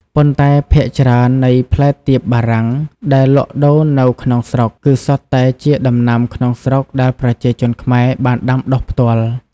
ប៉ុន្តែភាគច្រើននៃផ្លែទៀបបារាំងដែលលក់ដូរនៅក្នុងស្រុក គឺសុទ្ធតែជាដំណាំក្នុងស្រុកដែលប្រជាជនខ្មែរបានដាំដុះផ្ទាល់។